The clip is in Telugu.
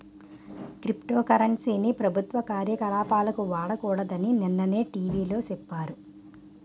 క్రిప్టో కరెన్సీ ని ప్రభుత్వ కార్యకలాపాలకు వాడకూడదని నిన్ననే టీ.వి లో సెప్పారు